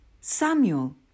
Samuel